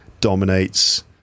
dominates